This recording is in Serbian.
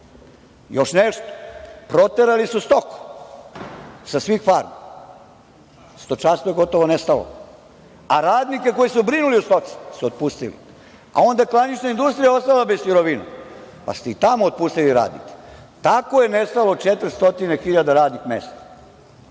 nešto, proterali su stoku sa svih farmi. Stočarstvo je gotovo nestalo, a radnike koji su brinuli o stoci su otpustili. Onda je klanična industrija ostala bez sirovina, pa ste i tamo otpustili radnike. Tako je nestalo 400 hiljada radnih mesta,